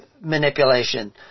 manipulation